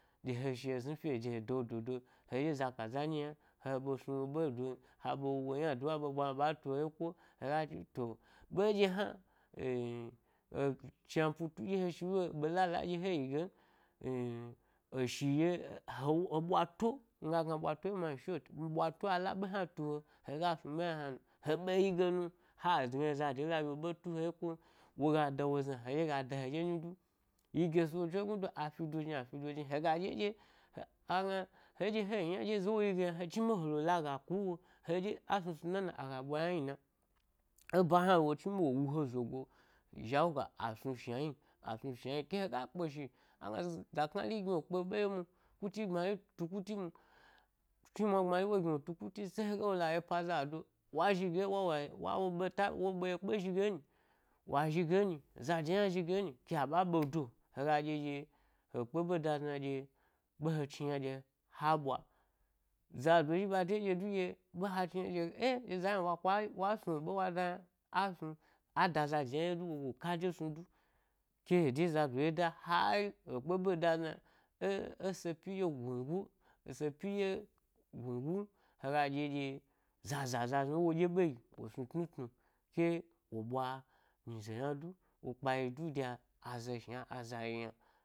Dye he shi’o zni fye de he da wo do do hedye za ka za nyi hna ha be snu wo ɓedo ha ɓe haw o ynado wa ɓe ɓwa yna aɓatu he yeko hega to, ɓeɗye hna eh-ẻ chnan putu nɗye he shilo ɓelala nɗye he yi gen eh-e shi he ɓwa to, miga gna ɓbwato ɗye ma inshort ɓwato a la ɓe hna tu he, hega snu ɓe hna hnan he be yi ye nu he gna zadela dye wo ɓe tu he ye kon noga da wo zna hedye ga da heɗye nyi du yi ge so chagmado a fi do jni a fido jin zaɗye ɗye agna heɗye he ji yna dye sni yna he dimiɓe he laga kuwo, hedge a snu snu nana aga ɓwa ynah na, e ba hna lo, wo chnibe wow u he zhawu ga a snu shna hni, ashu shna hni, ke hega kpe shi agna zni za knari gni wu kpe be ye mwo kidi gbmaritu kuti mwo, chnimwa gbmari wo gni wo tu kuti se hega ye pa zadowa zhi ɗye se wo ɓeta wo ɓe ye kpe zhige nyi, wa zhige nyi za de hna zhige enyi ke a ɓa ɓeda hega ɗye ɗye he kpe ɓe da zna yna ɗna ɗye zado zhi la de ya ɗye du dye be ha chni yna ɗye ẻ ɗye za hna wa kwa wa snuu ɓe wa da yna a snu, ada zaza ye du woga le ka de snu du ke wo de zado ye da hari, he kpe be da zna yna ẻ ẻ se pyilo dye hega ɗye zâzâ za znu wa wa ɗye ɓe yiwo snu tnu tnu ke wo ɓwa nyize ynadu wo kpayi du de a-aza shna aza yi yna.